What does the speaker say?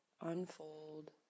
unfold